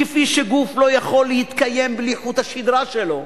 כפי שגוף לא יכול להתקיים בלי חוט השדרה שלו,